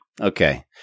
Okay